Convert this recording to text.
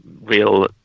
real